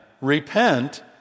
Repent